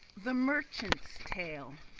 the merchant's tale.